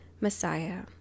messiah